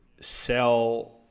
sell